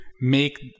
make